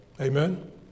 Amen